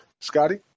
Scotty